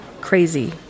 Crazy